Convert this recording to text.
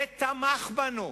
ותמך בנו.